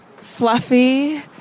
Fluffy